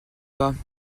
viennent